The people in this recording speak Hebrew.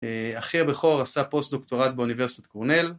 אחי הבכור עשה פוסט דוקטורט באוניברסיטת קורנל.